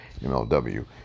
MLW